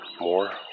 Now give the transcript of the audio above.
More